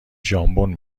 ژامبون